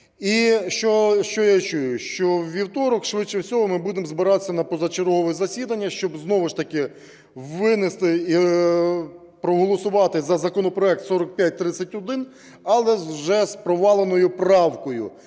і що я чую, що у вівторок, швидше всього, ми будемо збиратися на позачергове засідання, щоб знову ж таки винести і проголосувати за законопроект 4531, але вже з проваленою правкою,